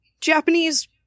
japanese